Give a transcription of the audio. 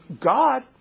God